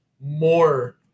more